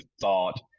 thought